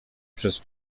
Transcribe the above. przez